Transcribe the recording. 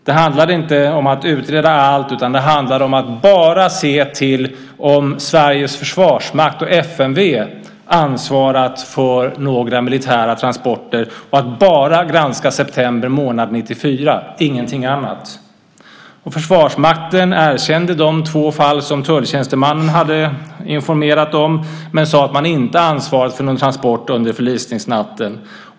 Det handlade inte om att utreda allt, utan det handlade om att bara se till om Sveriges försvarsmakt och FMV ansvarat för några militära transporter och om att bara granska september månad 1994, ingenting annat. Försvarsmakten erkände de två fall som tulltjänstemannen hade informerat om men sade att man inte ansvarat för någon transport under förlisningsnatten.